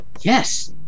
Yes